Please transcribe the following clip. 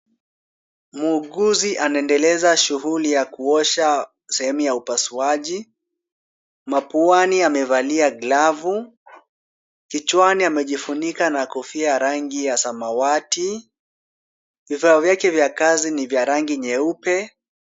Muuguzi anaendeleza shughuli ya kuosha sehemu ya upasuaji. Mapuani amevalia glavu. Kichwani amejifunika na kofia ya rangi ya samawati. Vifaa vyake vya kazi ni vya rangi nyeupe.